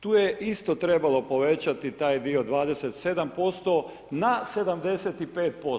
Tu je isto trebalo povećati taj dio 27% na 75%